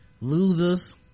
losers